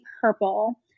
purple